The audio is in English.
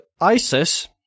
ISIS